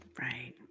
Right